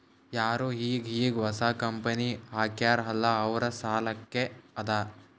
ಯಾರು ಈಗ್ ಈಗ್ ಹೊಸಾ ಕಂಪನಿ ಹಾಕ್ಯಾರ್ ಅಲ್ಲಾ ಅವ್ರ ಸಲ್ಲಾಕೆ ಅದಾ